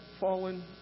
fallen